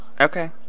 Okay